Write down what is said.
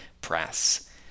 press